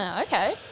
Okay